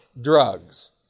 drugs